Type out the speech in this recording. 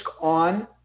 on